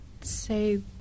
say